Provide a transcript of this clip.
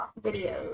videos